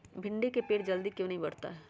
भिंडी का पेड़ जल्दी क्यों नहीं बढ़ता हैं?